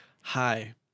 Hi